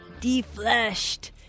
Defleshed